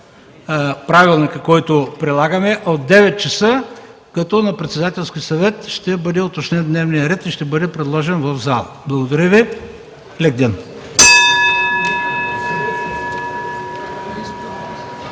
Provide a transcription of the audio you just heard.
правилника, който прилагаме – от 9,00 ч., като на Председателски съвет ще бъде уточнен дневният ред и ще бъде предложен в залата. Благодаря Ви. Лек ден!